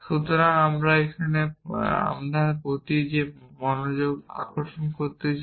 সুতরাং আমি এখানে আপনার প্রতি যে মনোযোগ আকর্ষণ করতে চাই